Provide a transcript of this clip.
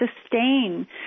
sustain